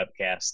webcast